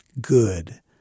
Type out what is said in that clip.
good